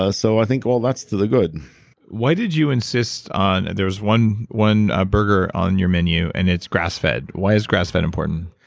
ah so i think oh, that's to the good why did you insist on. there is one one a burger on your menu and it's grass fed? why is grass fed important?